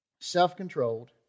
self-controlled